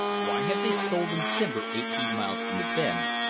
why had they stolen timber eighteen miles from the bend,